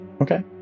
okay